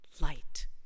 light